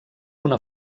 una